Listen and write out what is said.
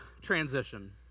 transition